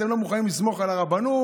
אתם לא מוכנים לסמוך על הרבנות,